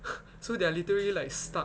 so they are literally like stuck